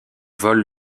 volent